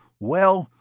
well,